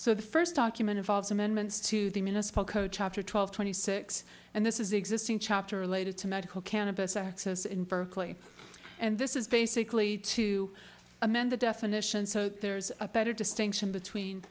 so the first document involves amendments to the municipal code chapter twelve twenty six and this is the existing chapter related to medical cannabis access in berkeley and this is basically to amend the definition so there's a better distinction between